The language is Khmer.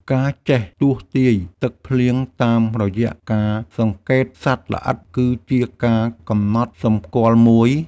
ការចេះទស្សន៍ទាយទឹកភ្លៀងតាមរយៈការសង្កេតសត្វល្អិត គឺជាការកំណត់សម្គាល់មួយ។